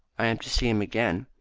i am to see him again.